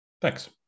Thanks